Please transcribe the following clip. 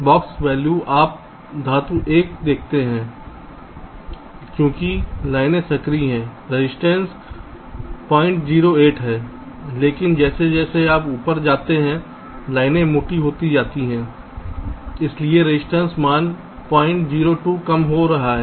box value आप धातु 1 देखते हैं क्योंकि लाइनें संकरी हैं रजिस्टेंस 008 है लेकिन जैसे जैसे आप ऊपर जाते हैं लाइनें मोटी होती जाती हैं इसलिए रजिस्टेंस मान 002 कम हो रहा है